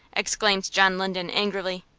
exclaimed john linden, angrily.